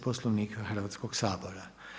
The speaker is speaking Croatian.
Poslovnika Hrvatskog sabora.